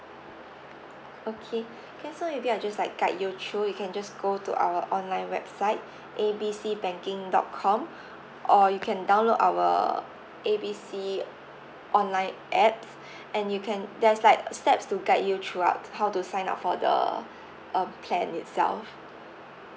okay okay so maybe I just like guide you through you can just go to our online website A B C banking dot com or you can download our A B C online apps and you can there's like a steps to guide you throughout how to sign up for the um plan itself